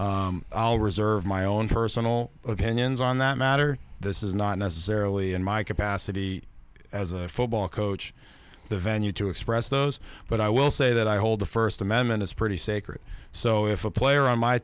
reserve my own personal opinions on that matter this is not necessarily in my capacity as a football coach the venue to express those but i will say that i hold the first amendment is pretty sacred so if a player